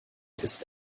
ist